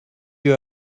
you